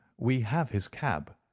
we have his cab,